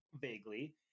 vaguely